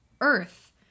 earth